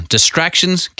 Distractions